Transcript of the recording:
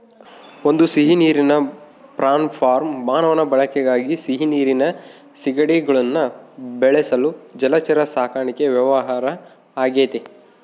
ಒಂದು ಸಿಹಿನೀರಿನ prawn farm ಮಾನವನ ಬಳಕೆಗಾಗಿ ಸಿಹಿನೀರಿನ ಸೀಗಡಿಗುಳ್ನ ಬೆಳೆಸಲು ಜಲಚರ ಸಾಕಣೆ ವ್ಯವಹಾರ ಆಗೆತೆ